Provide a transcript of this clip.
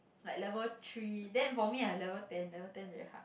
like level three then for me I level ten level ten very hard